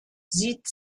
sieht